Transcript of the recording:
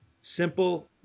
Simple